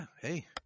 hey